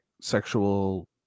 sexual